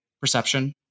perception